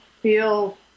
feel